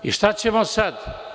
I, šta ćemo sad?